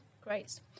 great